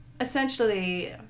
essentially